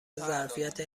ظرفیت